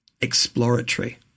exploratory